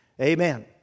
Amen